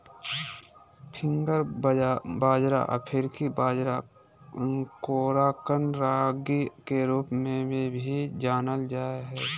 finger बाजरा अफ्रीकी बाजरा कोराकन रागी के रूप में भी जानल जा हइ